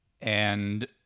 And-